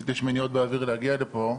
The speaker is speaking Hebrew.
עשיתי שמיניות באוויר כדי להגיע לפה.